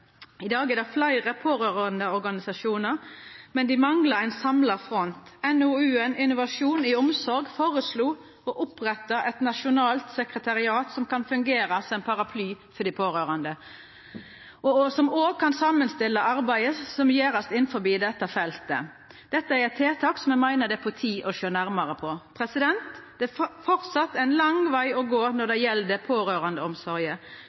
i deira rolle. I dag er det fleire pårørandeorganisasjonar, men dei manglar ein samla front. NOU-en «Innovasjon i omsorg» føreslo å oppretta eit nasjonalt sekretariat som kan fungera som ein paraply for dei pårørande, og som kan samanstilla arbeidet som gjerast innanfor dette feltet. Dette er tiltak som me meiner det er på tide å sjå nærmare på. Det er framleis ein lang veg å gå når